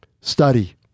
Study